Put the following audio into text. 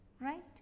right